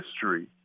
history